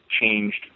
changed